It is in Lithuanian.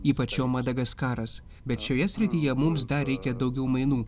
ypač jo madagaskaras bet šioje srityje mums dar reikia daugiau mainų